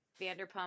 vanderpump